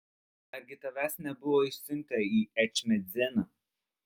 argi tavęs nebuvo išsiuntę į ečmiadziną